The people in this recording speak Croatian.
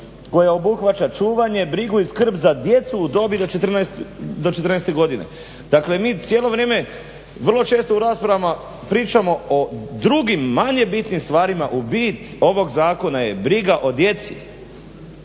koja obuhvaća čuvanje, brigu i skrb za djecu u dobi do 14 godina. Dakle, mi cijelo vrijeme, vrlo često u raspravama pričamo o drugim manje bitnim stvarima, a bit ovog zakona je briga o djeci,